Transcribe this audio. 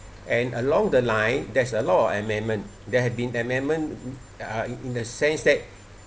and along the line there's a lot of amendment there had been amendment uh in the sense that